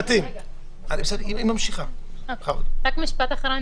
רק משפט אחרון,